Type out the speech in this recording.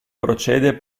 procede